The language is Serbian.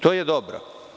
To je dobro.